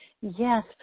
Yes